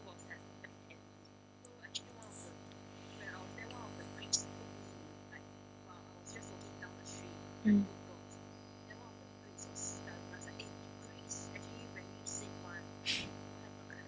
mm